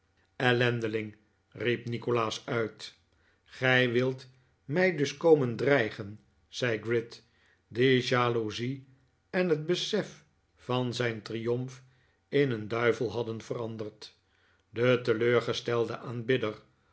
ellendeling riep nikolaas uit gij wilt mij dus komen dreigen zei gride dien jaloezie en het besef van zijn triomf in een duivel hadden veranderd de teleurgestelde aanbidder